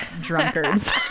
drunkards